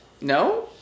no